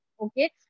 Okay